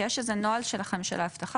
כי יש איזה נוהל שלכם מנהלי האבטחה,